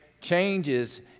changes